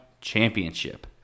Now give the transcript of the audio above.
championship